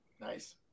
Nice